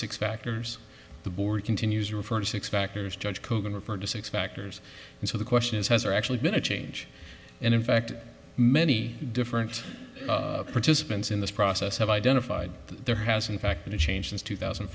six factors the board continues to refer to six factors judge kogan referred to six factors and so the question is has or actually been a change and in fact many different participants in this process have identified there has in fact in a change since two thousand